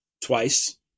twice